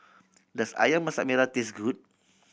does Ayam Masak Merah taste good